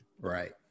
right